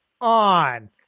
on